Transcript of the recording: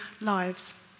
lives